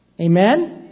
Amen